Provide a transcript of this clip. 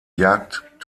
jagd